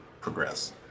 progress